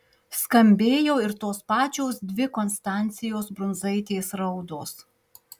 skambėjo ir tos pačios dvi konstancijos brundzaitės raudos